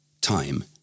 time